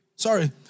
Sorry